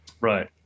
Right